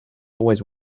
always